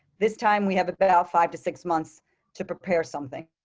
this time we have about five to six months to prepare something